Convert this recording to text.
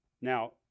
Now